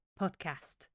Podcast